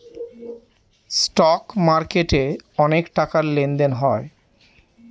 stock মার্কেটে অনেক টাকার লেনদেন হয়